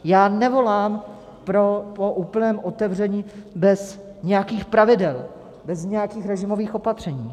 Já nevolám po úplném otevření bez nějakých pravidel, bez nějakých režimových opatření.